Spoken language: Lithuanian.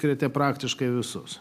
tiriate praktiškai visus